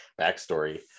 backstory